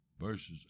Verses